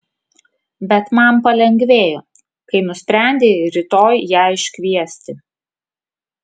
bet man palengvėjo kai nusprendei rytoj ją iškviesti